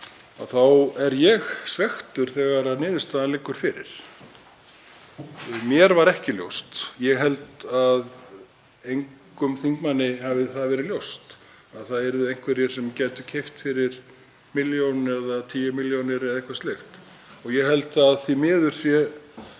mál þá er ég svekktur þegar niðurstaðan liggur fyrir. Mér var ekki ljóst — ég held að engum þingmanni hafi verið ljóst að það yrðu einhverjir sem gætu keypt fyrir milljón eða tíu milljónir eða eitthvað slíkt. Ég held að því miður sé